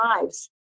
lives